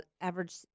average